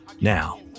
Now